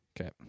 Okay